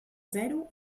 zero